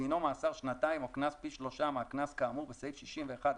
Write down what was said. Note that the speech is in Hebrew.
דינו מאסר שנתיים או קנס פי שלושה מהקנס כאמור בסעיף 61(א)(3)